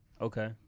Okay